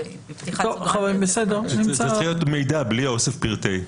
זה צריך להיות רק מידע, בלי "אוסף פרטי".